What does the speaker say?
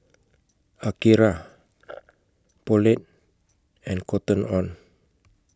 Akira Poulet and Cotton on